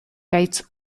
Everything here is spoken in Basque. gaitz